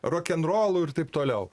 rokenrolu ir taip toliau